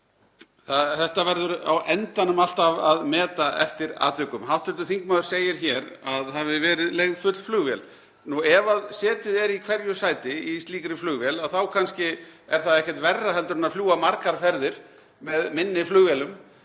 Þetta verður á endanum alltaf að meta eftir atvikum. Hv. þingmaður segir hér að það hafi verið leigð full flugvél. Ef setið er í hverju sæti í slíkri flugvél þá kannski er það ekkert verra en að fljúga margar ferðir með minni flugvélum.